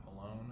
alone